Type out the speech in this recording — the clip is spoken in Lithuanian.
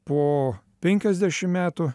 po penkiasdešim metų